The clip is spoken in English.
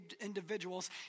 individuals